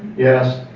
yes,